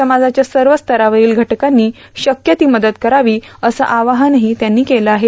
समाजाच्या सर्व स्तरावरील घटकांनी शक्य ती मदत करावी असं आवाहनही त्यांनी केलं आहे